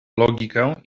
logikę